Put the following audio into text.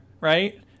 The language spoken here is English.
right